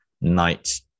night